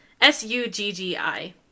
S-U-G-G-I